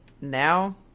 now